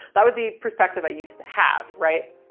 that was the perspective i used to have. right.